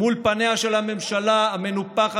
מול פניה של הממשלה המנופחת,